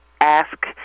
ask